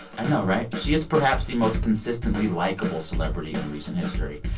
i know, right? she is perhaps the most consistently likable celebrity in recent history.